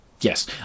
Yes